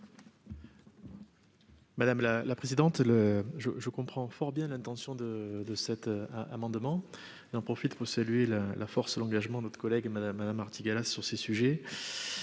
Madame la présidente, le je, je comprends fort bien l'intention de de cet amendement et en profite pour saluer la la force l'engagement notre collègue Madame Madame Artigalas sur ces sujets,